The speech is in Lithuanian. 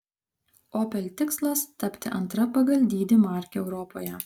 opel tikslas tapti antra pagal dydį marke europoje